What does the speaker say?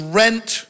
rent